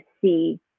see